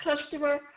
customer